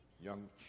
young